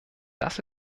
das